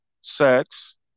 sex